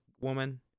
woman